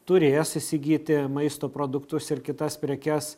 turės įsigyti maisto produktus ir kitas prekes